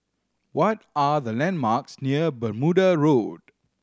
what are the landmarks near Bermuda Road